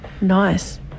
Nice